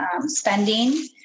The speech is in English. spending